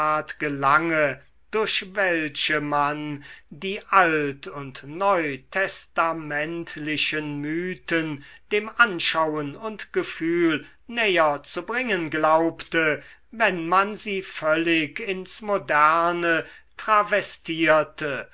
gelange durch welche man die alt und neutestamentlichen mythen dem anschauen und gefühl näher zu bringen glaubte wenn man sie völlig ins moderne